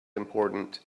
important